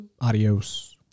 adios